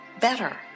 better